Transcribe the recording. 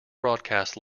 broadcast